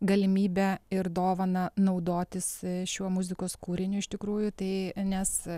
galimybę ir dovaną naudotis šiuo muzikos kūriniu iš tikrųjų tai nes